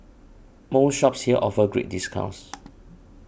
most shops here offer great discounts